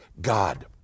God